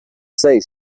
say